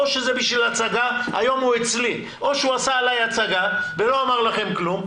או שהוא עשה לי הצגה ולא אמר לכם כלום,